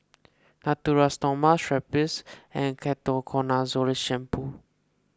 Natura Stoma Strepsils and Ketoconazole the Shampoo